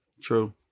True